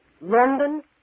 London